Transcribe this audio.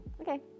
okay